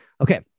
okay